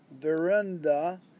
veranda